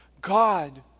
God